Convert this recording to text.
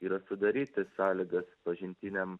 yra sudaryti sąlygas pažintiniam